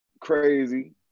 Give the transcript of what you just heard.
crazy